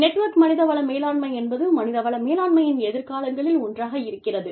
network மனித வள மேலாண்மை என்பது மனித வள மேலாண்மையின் எதிர்காலங்களில் ஒன்றாக இருக்கிறது